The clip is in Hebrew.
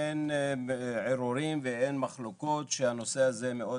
אין ערעור ואין מחלוקות שהנושא הזה מאוד